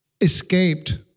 escaped